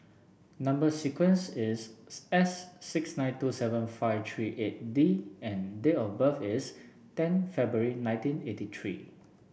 number sequence is S six nine two seven five three eight D and date of birth is ten February nineteen eighty three